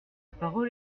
parole